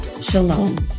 Shalom